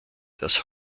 das